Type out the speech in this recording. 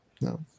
No